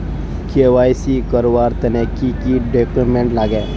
KYC करवार तने की की डॉक्यूमेंट लागे?